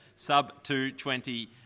Sub-220